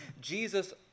Jesus